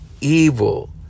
evil